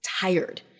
tired